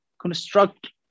construct